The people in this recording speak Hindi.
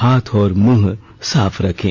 हाथ और मुंह साफ रखें